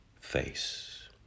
face